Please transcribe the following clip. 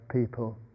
people